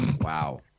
wow